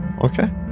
okay